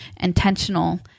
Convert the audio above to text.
intentional